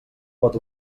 pot